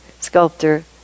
sculptor